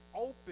open